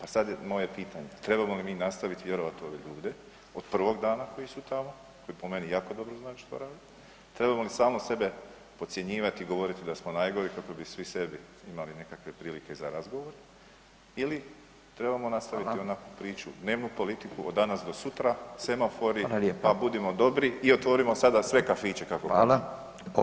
A sad je moje pitanje, trebamo li mi nastavit vjerovat u ove ljude od prvog dana koji su tamo, koji po meni jako dobro znaju što rade, trebamo li sami sebe podcjenjivati i govoriti da smo najgori kako bi svi sebi imali nekakve prilike za razgovor ili trebamo nastaviti onu priču dnevnu politiku od danas do sutra, semafori [[Upadica: Fala lijepa]] pa budimo dobri i otvorimo sada sve kafiće kako kažu?